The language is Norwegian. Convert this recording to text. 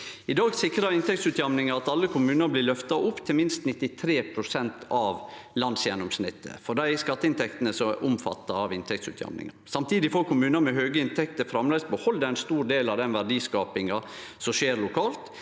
I dag sikrar inntektsutjamninga at alle kommunar blir løfta opp til minst 93 pst. av landsgjennomsnittet, for dei skatteinntektene som er omfatta av inntektsutjamninga. Samtidig får kommunar med høge inntekter framleis behalde ein stor del av den verdiskapinga som skjer lokalt.